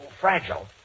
fragile